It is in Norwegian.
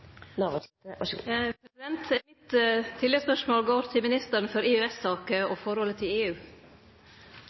Mitt oppfølgingsspørsmål går til ministeren for EØS-saker og forholdet til EU.